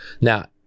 now